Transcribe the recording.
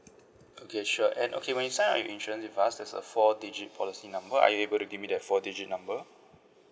okay sure and okay when you sign up your insurance with us there's a four digit policy number are you able to give me that four digit number